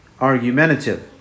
argumentative